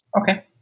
Okay